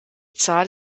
zahl